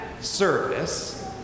service